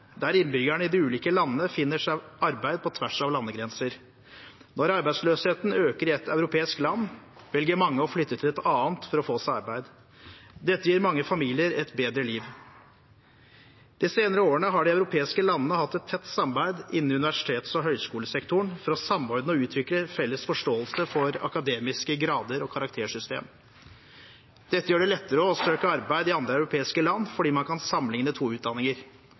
der innbyggerne i de ulike landene finner seg arbeid på tvers av landegrenser. Når arbeidsløsheten øker i ett europeisk land, velger mange å flytte til et annet for å få seg arbeid. Dette gir mange familier et bedre liv. De senere årene har de europeiske landene hatt et tett samarbeid innen universitets- og høyskolesektoren for å samordne og utvikle felles forståelse for akademiske grader og karaktersystem. Dette gjør det lettere å søke arbeid i andre europeiske land fordi man kan sammenligne to utdanninger.